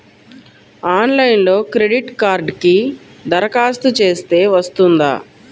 ఆన్లైన్లో క్రెడిట్ కార్డ్కి దరఖాస్తు చేస్తే వస్తుందా?